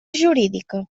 jurídica